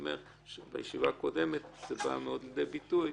שבישיבה הקודמת היא באה לידי ביטוי,